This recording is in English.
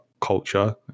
culture